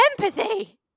empathy